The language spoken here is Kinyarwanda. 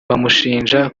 bamushinja